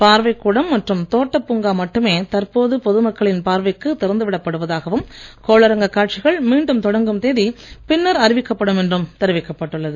பார்வைக் கூடம் மற்றும் தோட்டப் பூங்கா மட்டுமே தற்போது பொது மக்களின் பாரவைக்கு திறந்துவிடப் படுவதாகவும் கோளரங்கக் காட்சிகள் மீண்டும் தொடங்கும் தேதி பின்னர் அறிவிக்கப்படும் என்றும் தெரிவிக்கப் பட்டுள்ளது